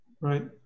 right